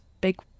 big